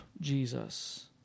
Jesus